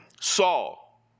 Saul